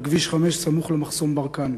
על כביש 5 סמוך למחסום ברקן.